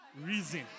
reason